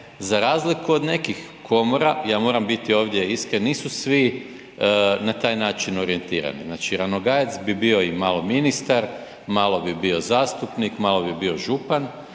za razliku od nekih komora, ja moram biti ovdje iskren, nisu svi na taj način orijentirani. Znači Ranogajec bi bio i malo ministar, malo bi bio zastupnik, malo bi bio župan,